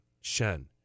Shen